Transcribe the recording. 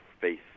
faith